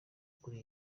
kuri